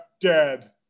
dead